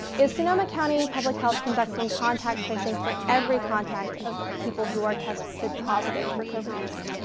is sonoma county public health conducting contact tracing for every contact of people who are tested positive for covid nineteen?